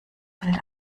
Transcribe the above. bild